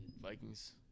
Vikings